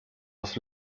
los